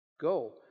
Go